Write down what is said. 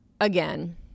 again